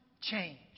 Change